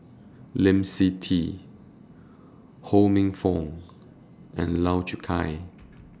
Lee Seng Tee Ho Minfong and Lau Chiap Khai